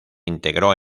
integró